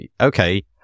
Okay